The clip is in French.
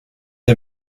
est